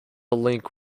link